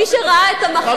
מי שראה את המחזה הזה היום,